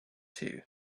two